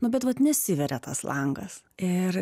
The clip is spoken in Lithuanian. nu bet vat nesiveria tas langas ir